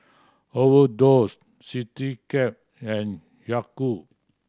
Overdose Citycab and Yakult